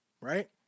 right